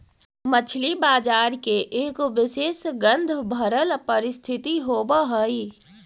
मछली बजार के एगो विशेष गंधभरल परिस्थिति होब हई